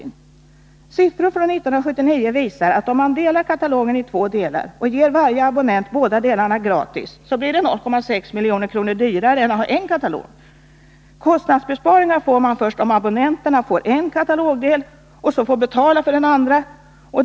Men siffror från 1979 visar att det, om man delar katalogen i två delar och ger varje abonnent båda delarna gratis, blir 0,6 milj.kr. dyrare än att ha bara en katalog. Kostnadsbesparingar blir det först om abonnenterna får en katalogdel och betalar för den andra delen.